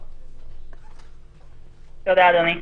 תודה, אדוני.